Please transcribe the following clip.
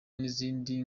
nizindi